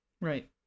Right